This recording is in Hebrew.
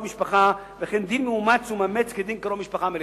משפחה וכן דין מאומץ או מאמץ כדין קרוב משפחה מלידה.